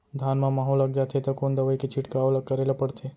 धान म माहो लग जाथे त कोन दवई के छिड़काव ल करे ल पड़थे?